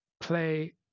play